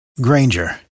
Granger